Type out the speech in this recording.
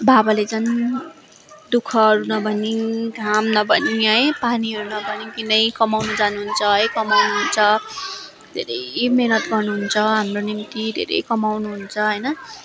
बाबाले झन दुःखहरू नभनी घाम नभनी है पानीहरू नभनीकनै कमाउनु जानुहुन्छ है कमाउनु हुन्छ धेरै मेहनत गर्नुहुन्छ हाम्रो निम्ति धेरै कमाउनु हुन्छ होइन